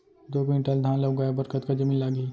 दो क्विंटल धान ला उगाए बर कतका जमीन लागही?